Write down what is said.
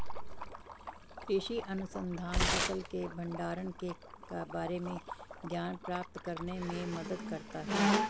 कृषि अनुसंधान फसल के भंडारण के बारे में ज्ञान प्राप्त करने में मदद करता है